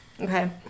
Okay